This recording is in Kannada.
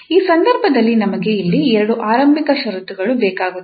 ಆ ಸಂದರ್ಭದಲ್ಲಿ ನಮಗೆ ಇಲ್ಲಿ ಎರಡು ಆರಂಭಿಕ ಷರತ್ತುಗಳು ಬೇಕಾಗುತ್ತವೆ